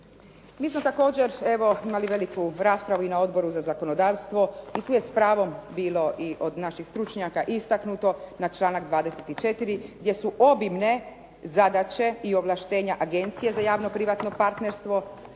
Mi smo također, evo imali veliku raspravu i na odboru za zakonodavstvo i tu je s pravom bilo i od naših stručnjaka istaknuto na članak 24. gdje su obimne zadaće i ovlaštenja agencije za javno-privatno partnerstvo